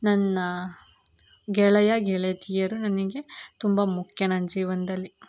ನನ್ನ ಗೆಳೆಯ ಗೆಳೆತಿಯರು ನನಗೆ ತುಂಬ ಮುಖ್ಯ ನನ್ನ ಜೀವನದಲ್ಲಿ